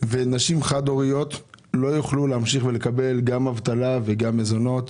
יפוג ונשים חד הוריות לא יוכל ולהמשיך ולקבל גם אבטלה וגם מזונות.